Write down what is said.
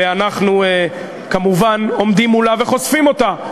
ואנחנו כמובן עומדים מולה וחושפים אותה,